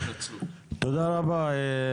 תודה רבה.